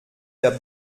der